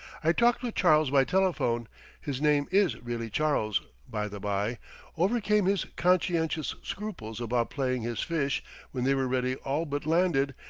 i talked with charles by telephone his name is really charles, by, the bye overcame his conscientious scruples about playing his fish when they were already all but landed,